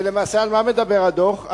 ולמעשה, על מה מדבר הדוח?